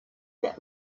that